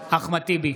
אחמד טיבי,